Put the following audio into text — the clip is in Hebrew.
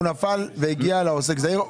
נפל והגיע לעוסק זעיר.